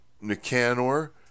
Nicanor